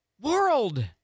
World